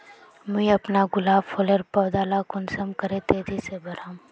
मुई अपना गुलाब फूलेर पौधा ला कुंसम करे तेजी से बढ़ाम?